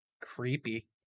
Creepy